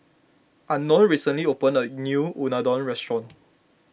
Unknown recently opened a new Unadon restaurant